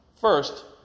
First